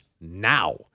now